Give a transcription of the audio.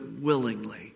willingly